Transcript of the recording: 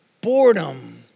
boredom